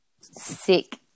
sick